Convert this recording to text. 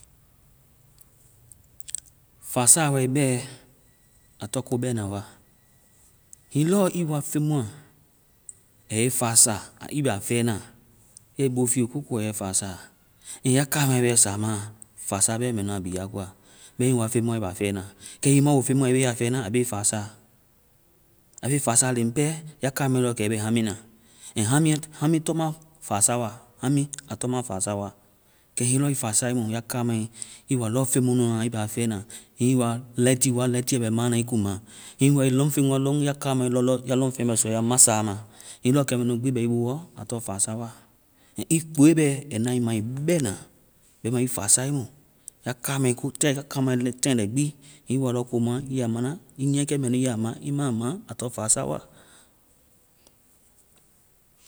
Fasa wae bɛɛ, a tɔŋ ko bɛna wa. Hiŋi lɔɔ i wa feŋ mua a yɛ i fa sa, i bɛ a fɛna, ya i boo fiiye kookoɔ aa yɛ i fasaa. And ya kamae bɛ samaa, fa sa bɛ mŋeu aa bi a koa. Bɛma ii wa feŋ mua i bɛ aa fɛ na. kɛ i ma wo feŋ mua ii bɛ aa fɛna, aa be ii fasaa. Aa be i fasaa leŋ pɛ. ya kamai lɔ kɛ i bɛ haŋmi na. And haŋmiɛ-haŋmi tɔ ma fasa wa. Haŋmi aa tɔ ma fasa wa. Kɛ hiŋi lɔɔ i fasae mu, ya kamae, i waa lɔɔ feŋ mu nunu a, i bɛ aa fɛ na, hiŋi i wa lɛti wa, lɛiti bɛ mana ii kuma. Hiŋi i wa i lɔŋfeŋ wa lɔŋ, ya kamae lɔ-ya lɔŋfeŋ bɛ suɔ ya masa ma. Hiŋi lɔɔ kɛ mɛ nu gbi bɛ i boɔ, aa tɔŋ fasa wa. And i kpoe bɛ, ai na i ma bɛna. Bɛma i fasae mu. Ya kamae taŋi lɛi gbi, i wa lɔ komua, i ya ma na, i nyiɛkɛ mɛ nu i ya ma, i ma ma, a tɔŋ fasa wa.